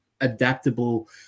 adaptable